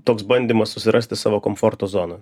toks bandymas susirasti savo komforto zoną